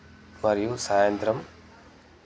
మరియు సాయంత్రం